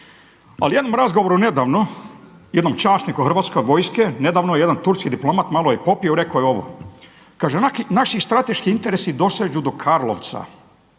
Ali u jednom razgovoru nedavno jednom časniku hrvatske vojske, nedavno jedan turski diplomat malo je popio i rekao je ovo, kaže naši strateški interesi dosežu do Karlovca.